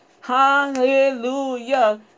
Hallelujah